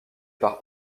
par